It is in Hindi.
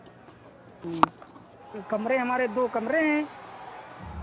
ह्म्म कमरे हमारे दो कमरे हैं